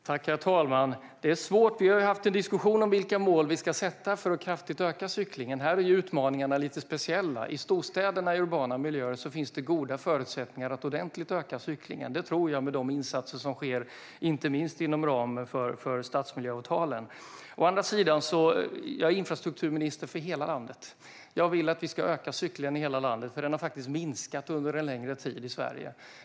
Herr talman! Vi har fört en diskussion om vilka mål vi ska sätta för att kraftigt öka cyklingen. Det är svårt, för här är utmaningarna lite speciella. I storstäderna och i urbana miljöer tror jag att det finns goda förutsättningar att ordentligt öka cyklingen med de insatser som sker, inte minst inom ramen för stadsmiljöavtalen. Å andra sidan är jag infrastrukturminister för hela landet. Jag vill att vi ska öka cyklingen i hela landet, för den har faktiskt minskat under en längre tid i Sverige.